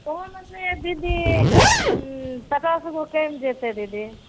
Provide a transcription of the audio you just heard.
कोनमे दीदी पचास गो कमि जेतै दीदी